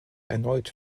erneut